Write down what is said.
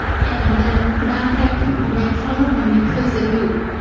and then not have people make fun of them because they do.